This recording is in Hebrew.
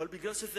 אבל זה משום שזה